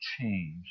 change